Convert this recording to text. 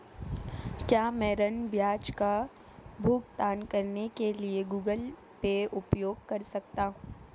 क्या मैं ऋण ब्याज का भुगतान करने के लिए गूगल पे उपयोग कर सकता हूं?